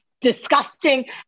disgusting